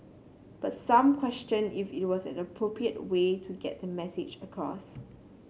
but some questioned if it was an appropriate way to get the message across